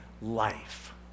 life